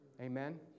Amen